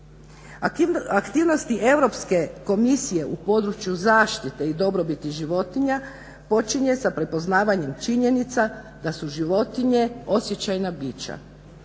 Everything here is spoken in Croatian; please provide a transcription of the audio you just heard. Aktivnosti Europske komisije u području zaštite i dobrobiti životinja počinje sa prepoznavanjem činjenica da su životinje osjećajna bića.